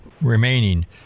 remaining